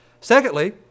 Secondly